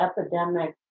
epidemic